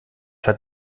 hat